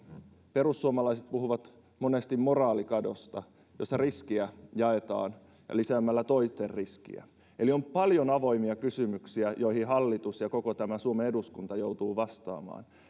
perussuomalaiset puhuvat monesti moraalikadosta jossa riskejä jaetaan lisäämällä toisten riskejä eli on paljon avoimia kysymyksiä joihin hallitus ja koko tämä suomen eduskunta joutuvat vastaamaan